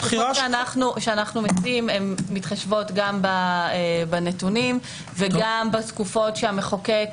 התקופות שאנחנו מציעים מתחשבות גם בנתונים וגם בתקופות שהמחוקק